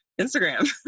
Instagram